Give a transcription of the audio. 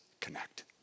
connect